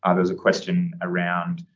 ah there's a question around,